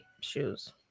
shoes